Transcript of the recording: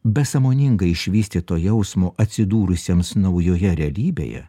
be sąmoningai išvystyto jausmo atsidūrusiems naujoje realybėje